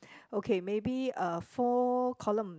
okay maybe uh four columns